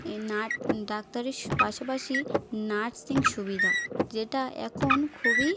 এই না ডাক্তারের পাশাপাশি নার্সিং সুবিধা যেটা এখন খুবই